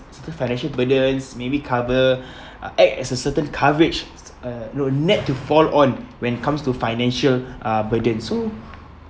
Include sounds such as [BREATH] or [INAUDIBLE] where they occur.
the financial burdens maybe cover [BREATH] uh acts as a certain coverage uh know net to fall on when it comes to financial uh burden so